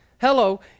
Hello